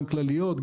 גם כלליות,